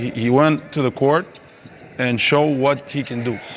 he he went to the court and showed what he can do.